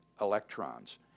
electrons